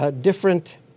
different